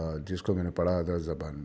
جس کو میں نے پڑھا ادر زبان میں